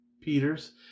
Peter's